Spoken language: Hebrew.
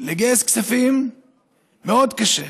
לגייס כספים מאוד קשה,